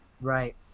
Right